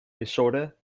disorder